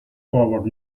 forward